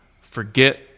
forget